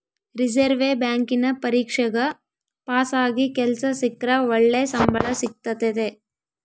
reserve ಬ್ಯಾಂಕಿನ ಪರೀಕ್ಷೆಗ ಪಾಸಾಗಿ ಕೆಲ್ಸ ಸಿಕ್ರ ಒಳ್ಳೆ ಸಂಬಳ ಸಿಕ್ತತತೆ